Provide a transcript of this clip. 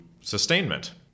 sustainment